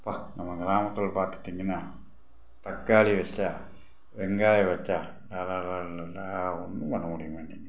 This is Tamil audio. அப்பா நம்ம கிராமத்தில் பார்த்திட்டிங்கன்னா தக்காளி வச்சுட்டா வெங்காயம் வச்சா அடடடடடா ஒன்றும் பண்ண முடிய மாட்டேங்கிது